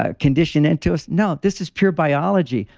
ah conditioned into us. no, this is pure biology.